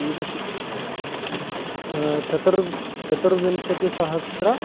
एकशतोत्तरं चतुरः चतुर्विंशतिसहस्रं